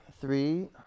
three